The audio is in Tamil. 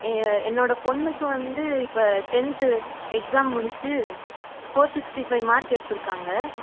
என்னோட பொண்ணுக்கு வந்து இப்போ டென்த்து எக்ஸாம் முடிச்சு ஃபோர் சிக்ஸ்டி ஃபை மார்க் எடுத்துருக்காங்க